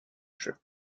chaque